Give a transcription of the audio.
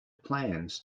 plans